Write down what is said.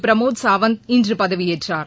பிரமோத் சாவந்த் இன்று பதவியேற்றாா்